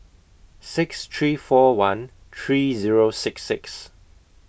six three four one three Zero six six